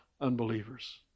unbelievers